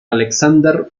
alexander